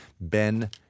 Ben